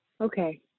Okay